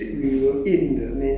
then after that